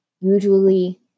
Usually